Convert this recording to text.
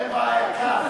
אין בעיה, קח.